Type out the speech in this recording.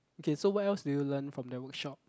okay so what else did you learn from that workshop